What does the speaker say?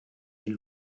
den